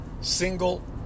single